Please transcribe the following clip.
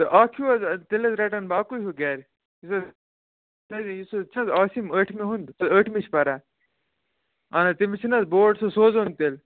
اَتھ چھُو حظ تیٚلہِ حظ رَٹن بہٕ اَکُے ہیٚو گَرِ یُس حظ چھُنَہ حظ عاسِم ٲٹھمہِ ہُنٛد ٲٹھمہِ چھُ پَران اَہن حظ تٔمِس چھُنہٕ حظ بوڈ سُہ سوزہن تیٚلہِ